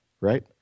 right